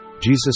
Jesus